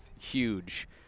huge